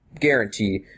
guarantee